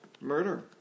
murder